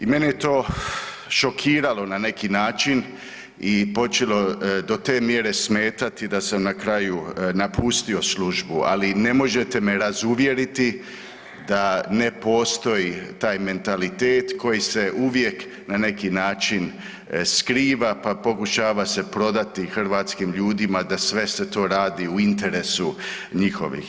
I mene je to šokiralo na neki način i počelo do te mjere smetati da sam na kraju napustio službu, ali ne možete me razuvjeriti da ne postoji taj mentalitet koji se uvijek na neki način skriva, pa pokušava se prodati hrvatskim ljudima da sve se to radi u interesu njihovih.